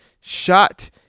shot